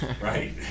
Right